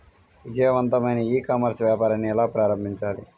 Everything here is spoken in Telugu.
విజయవంతమైన ఈ కామర్స్ వ్యాపారాన్ని ఎలా ప్రారంభించాలి?